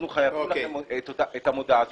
אנחנו חייבים לכם את המודעה הזאת.